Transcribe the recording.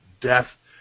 Death